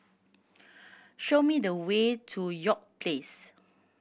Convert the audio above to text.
show me the way to York Place